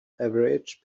average